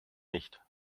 nicht